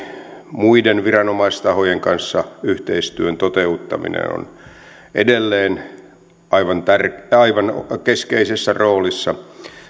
muiden viranomaistahojen kanssa yhteistyön toteuttaminen on edelleen aivan keskeisessä roolissa